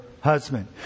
husband